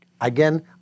Again